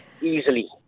Easily